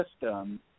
system